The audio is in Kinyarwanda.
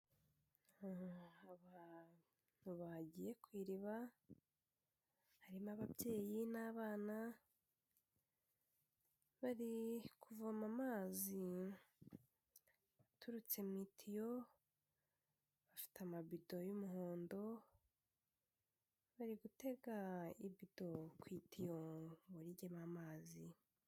Abantu bagiye ku iriba harimo ababyeyi n'abana, bari kuvoma amazi aturutse mu itiyo, bafite amabido y'umuhondo, bari gutega ibido ku itiyo ngo ijyemo amazi.